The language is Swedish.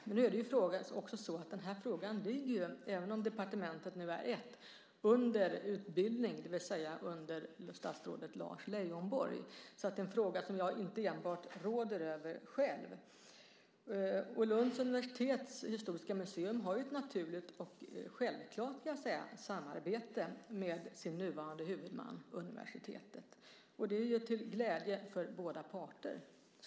Men nu ligger den här frågan under utbildningsministern, det vill säga under statsrådet Lars Leijonborg, även om vi hör till samma departement. Det är alltså en fråga som jag inte ensam råder över. Lunds universitets historiska museum har ett naturligt - och självklart, skulle jag vilja säga - samarbete med sin nuvarande huvudman universitetet. Det är till glädje för båda parter.